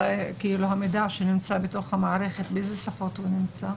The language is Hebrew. המידע שנמצא בתוך המערכת באילו שפות הוא נמצא?